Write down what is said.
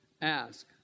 Ask